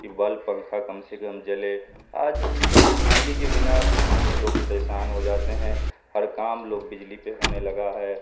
کہ بلب پنکھا کم سے کم جلے آج بجلی کے بنا کچھ نہیں ہے لوگ پریشان ہو جاتے ہیں ہر کام لوگ بجلی پہ ہونے لگا ہے